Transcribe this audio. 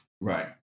Right